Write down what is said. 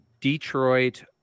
Detroit